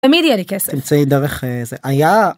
תמיד יהיה לי כסף, תמצאי דרך זה היה.